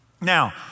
Now